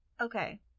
Okay